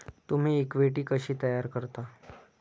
तुम्ही इक्विटी कशी तयार करता?